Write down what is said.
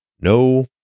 no